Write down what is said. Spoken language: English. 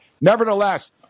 nevertheless